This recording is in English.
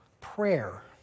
Prayer